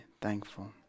thankful